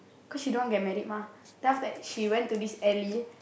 cause she don't want get married mah then after that she went to this alley